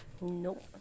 Nope